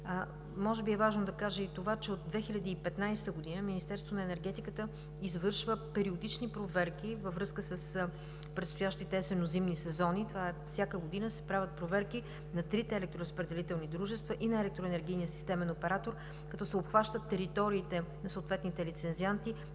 Може би е важно да кажа и това, че от 2015 г. Министерството на енергетиката извършва периодични проверки във връзка с предстоящите есенно-зимни сезони. Всяка година се правят проверки на трите електроразпределителни дружества и на Електроенергийния системен оператор, като се обхващат териториите на съответните лицензианти